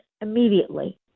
immediately